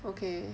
okay